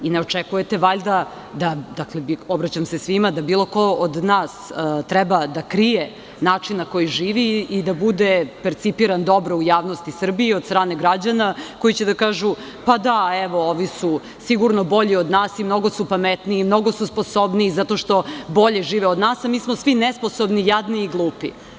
Ne očekujete valjda da, obraćam se svima, bilo ko od nas treba da krije način na koji živi i da bude percipiran dobro u javnosti Srbije od strane građana, koji će da kažu – da, ovi su sigurno bolji od nas, mnogo su pametniji, mnogo su sposobniji zato što bolje žive od nas, a mi smo svi nesposobni, jadni i glupi?